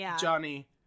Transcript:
Johnny